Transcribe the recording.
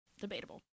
Debatable